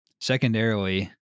Secondarily